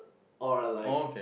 or like